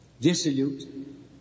dissolute